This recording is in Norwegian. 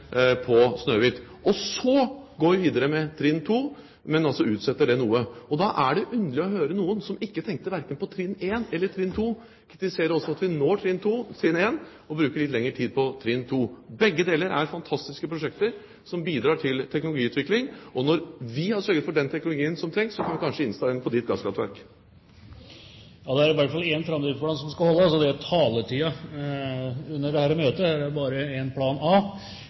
Så går vi videre med trinn 2, men utsetter det noe. Da er det underlig å høre noen som ikke tenkte på verken trinn 1 eller trinn 2, kritisere oss for at vi når trinn 1 og bruker litt lengre tid på trinn 2. Begge deler er fantastiske prosjekter som bidrar til teknologiutvikling. Når vi har sørget for den teknologien som trengs, kommer kanskje installeringen på ditt gasskraftverk. Det er i hvert fall én framdriftsplan som skal holdes, og det er taletiden. I dette møtet er det bare en plan A.